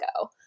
go